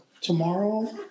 tomorrow